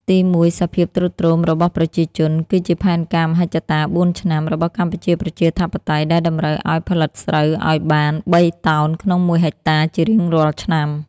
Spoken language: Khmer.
ទីមួយ សភាពទ្រុឌទ្រោមរបស់ប្រជាជន គឺជាផែនការមហិច្ឆតា "បួនឆ្នាំ" របស់កម្ពុជាប្រជាធិបតេយ្យដែលតម្រូវឱ្យផលិតស្រូវឱ្យបាន ៣ តោនក្នុងមួយហិកតាជារៀងរាល់ឆ្នាំ។